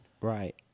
Right